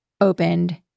opened